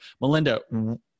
Melinda